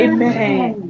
Amen